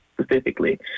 specifically